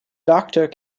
doctor